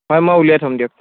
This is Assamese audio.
হয় মই উলিয়াই থ'ম দিয়ক